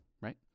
right